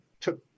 took